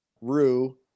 Rue